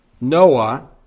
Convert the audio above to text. Noah